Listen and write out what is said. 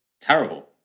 terrible